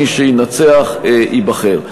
מי שינצח ייבחר.